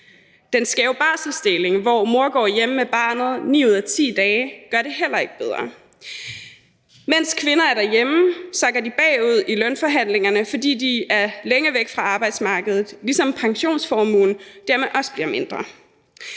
deling af barselsorlov, hvor mor går hjemme med barnet 9 ud af 10 dage, gør det heller ikke bedre. Mens kvinder er derhjemme, sakker de bagud i lønforhandlingerne, fordi de er længe væk fra arbejdsmarkedet – ligesom pensionsformuen dermed også bliver mindre.